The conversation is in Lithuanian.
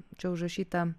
čia užrašyta